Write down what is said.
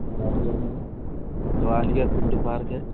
ग्वालियर में है Gwalior Pinto park है